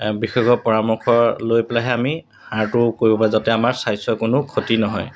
বিশেষজ্ঞৰ পৰামৰ্শ লৈ পেলাইহে আমি সাৰটোও কৰিব পাৰোঁ যাতে আমাৰ স্বাস্থ্যৰ কোনো ক্ষতি নহয়